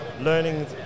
learning